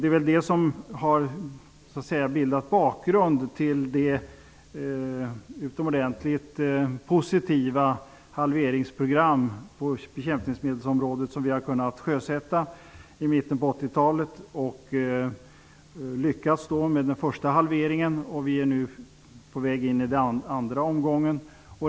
Det är säkerligen det som bildat bakgrunden till det mycket positiva halveringsprogram på bekämpningsmedelsområdet som kunde sjösättas i mitten av 80-talet. Vi har nu lyckats med en första halvering och är på väg in i en andra omgång.